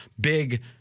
big